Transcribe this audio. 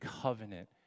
covenant